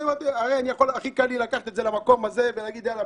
הרי הכי קל לי לקחת את זה למקום הזה ולהגיד "יאללה,